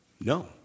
No